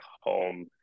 home